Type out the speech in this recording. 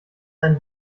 einen